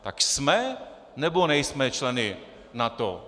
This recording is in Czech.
Tak jsme, nebo nejsme členy NATO?